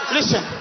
Listen